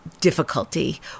difficulty